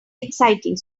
exciting